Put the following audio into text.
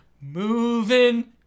moving